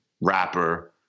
rapper